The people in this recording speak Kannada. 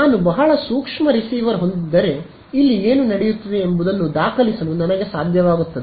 ನಾನು ಬಹಳ ಸೂಕ್ಷ್ಮ ರಿಸೀವರ್ ಹೊಂದಿದ್ದರೆ ಇಲ್ಲಿ ಏನು ನಡೆಯುತ್ತಿದೆ ಎಂಬುದನ್ನು ದಾಖಲಿಸಲು ನನಗೆ ಸಾಧ್ಯವಾಗುತ್ತದೆ